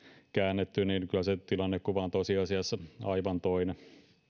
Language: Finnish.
käännetty niin kyllä se tilannekuva on tosiasiassa aivan toinen